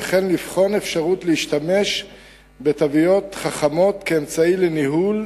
וכן לבחון אפשרות להשתמש ב"תוויות חכמות" כאמצעי לניהול,